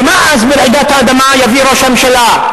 ומה אז ברעידת האדמה יביא ראש הממשלה?